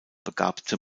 begabte